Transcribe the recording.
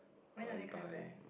bye bye